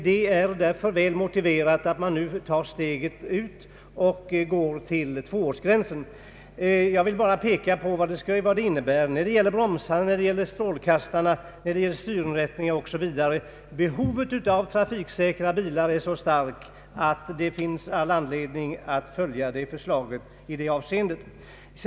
Det är därför väl motiverat att redan nu ta steget fullt ut och införa en besiktning av motorfordon redan efter två år. Jag vill erinra om vad detta innebär ur trafiksäkerhetssynpunkt när det gäller bromsar, strålkastare, styrinrättning o.s.v. Behovet av trafiksäkra bilar är så starkt att det finns all anledning att följa Kungl. Maj:ts förslag i detta ärende.